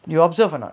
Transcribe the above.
you observe or not